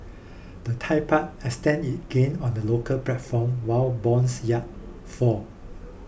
the Thai Baht extended gain on the local platform while bonds yard fall